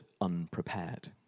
unprepared